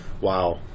Wow